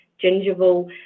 gingival